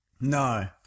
no